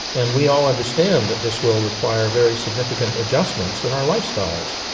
and we all understand that this will require very significant adjustments in our lifestyles.